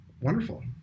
Wonderful